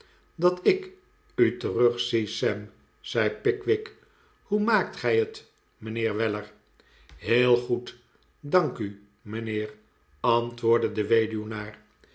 dat ik u terugzie sam zei pickwick hoe maakt gij het mijnheer weller heel goed dank u mijnheer antwoordde de